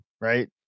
right